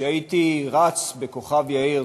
כשהייתי רץ בכוכב-יאיר,